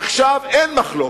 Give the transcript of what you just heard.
עכשיו אין מחלוקת.